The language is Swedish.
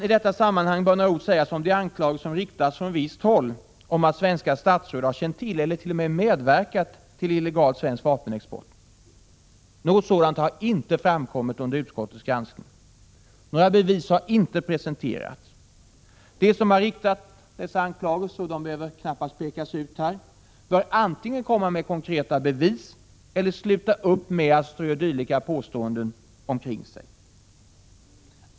I detta sammanhang bör några ord sägas om de anklagelser som har riktats från visst håll om att svenska statsråd har känt till eller t.o.m. medverkat till illegal svensk vapenexport. Något sådant har inte framkommit under utskottets granskning. Några bevis har inte presenterats. De som har framfört dessa anklagelser, och de behöver knappast pekas ut här, bör antingen komma med konkreta bevis eller sluta upp att strö dylika påståenden omkring sig.